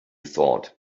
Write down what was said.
thought